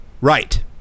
right